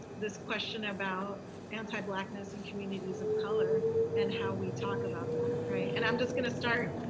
this question about anti-blackness in communities of color and how we talk about that, right? and i'm just gonna start